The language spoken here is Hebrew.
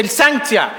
סנקציה,